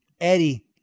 Eddie